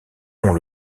ont